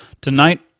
tonight